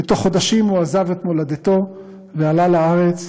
בתוך חודשים הוא עזב את מולדתו ועלה לארץ.